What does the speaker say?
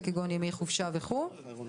כגון ימי חופשה וכולי.